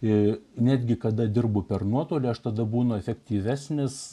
ir netgi kada dirbu per nuotolį aš tada būna efektyvesnis